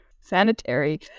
sanitary